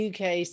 UK